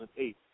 2008